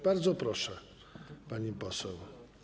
Bardzo proszę, pani poseł.